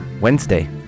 Wednesday